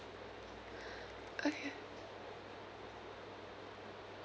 okay